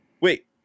Wait